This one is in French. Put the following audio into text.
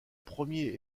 premier